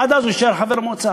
עד אז הוא יישאר חבר מועצה,